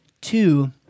two